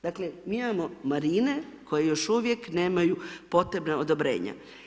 Dakle, mi imamo marine, koje još uvijek nemaju potrebna odobrenja.